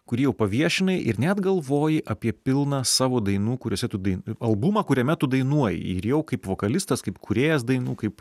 kurį jau paviešinai ir net galvoji apie pilną savo dainų kuriose tų dai albumą kuriame tu dainuoji ir jau kaip vokalistas kaip kūrėjas dainų kaip